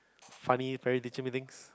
funny parent teacher meetings